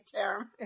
term